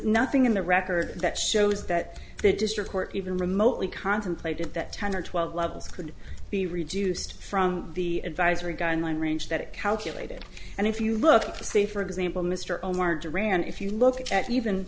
nothing in the record that shows that the district court even remotely contemplated that ten or twelve levels could be reduced from the advisory guideline range that it calculated and if you look to say for example mr omar duran if you look at even